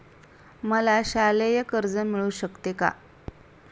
मला शालेय कर्ज मिळू शकते का?